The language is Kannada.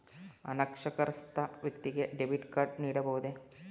ಅನಕ್ಷರಸ್ಥ ವ್ಯಕ್ತಿಗೆ ಡೆಬಿಟ್ ಕಾರ್ಡ್ ನೀಡಬಹುದೇ?